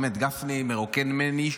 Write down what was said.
גפני מרוקן ממני,